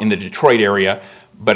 in the detroit area but